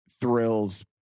thrills